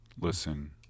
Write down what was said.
listen